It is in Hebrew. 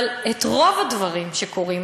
אבל את רוב הדברים שקורים,